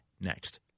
next